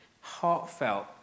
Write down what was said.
heartfelt